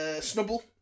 Snubble